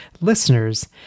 listeners